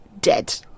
dead